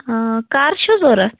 کَر چھُو ضوٚرَتھ